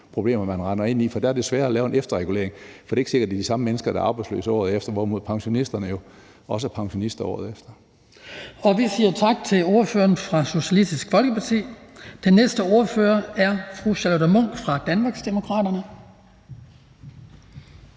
problemer, man kan rende ind i, for der er det sværere at lave en efterregulering, da det ikke er sikkert, at det er de samme mennesker, der er arbejdsløse året efter, hvorimod pensionisterne jo også er pensionister året efter. Kl. 19:28 Den fg. formand (Hans Kristian Skibby): Vi siger tak til ordføreren for Socialistisk Folkeparti. Den næste ordfører er fru Charlotte Munch fra Danmarksdemokraterne.